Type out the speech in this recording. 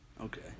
Okay